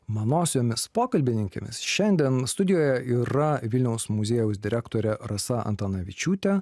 manosiomis pokalbininkėmis šiandien studijoje yra vilniaus muziejaus direktorė rasa antanavičiūtė